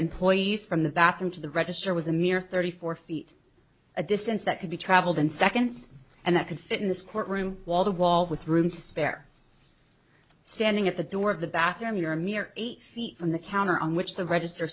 employees from the bathroom to the register was a mere thirty four feet a distance that could be traveled in seconds and that could fit in this court room wall the wall with room to spare standing at the door of the bathroom you're a mere eight feet from the counter on which the register